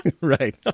Right